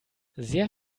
sehr